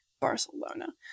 Barcelona